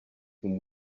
can